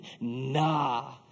nah